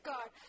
God